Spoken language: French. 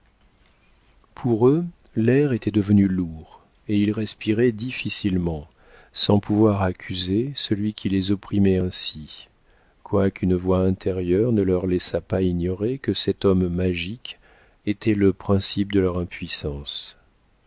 pour eux l'air était devenu lourd et ils respiraient difficilement sans pouvoir accuser celui qui les opprimait ainsi quoiqu'une voix intérieure ne leur laissât pas ignorer que cet homme magique était le principe de leur impuissance